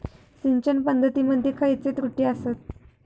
सिंचन पद्धती मध्ये खयचे त्रुटी आसत?